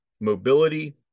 mobility